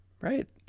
right